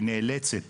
היא נאלצת